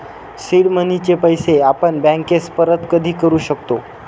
seed मनीचे पैसे आपण बँकेस परत कधी करू शकतो